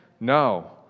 No